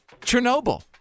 Chernobyl